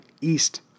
east